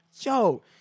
Yo